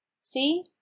See